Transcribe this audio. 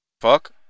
Fuck